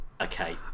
Okay